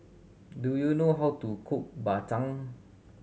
do you know how to cook Bak Chang